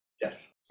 Yes